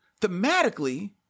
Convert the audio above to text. thematically